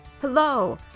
Hello